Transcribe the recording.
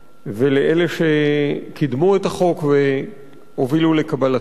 ולאלה שקידמו את החוק והובילו לקבלתו.